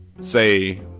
say